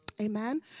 Amen